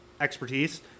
expertise